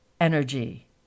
energy